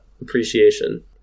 appreciation